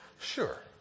Sure